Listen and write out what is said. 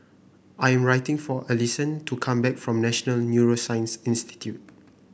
I am for Alyson to come back from National Neuroscience Institute